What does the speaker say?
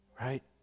right